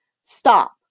stop